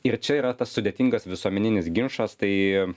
ir čia yra tas sudėtingas visuomeninis ginčas tai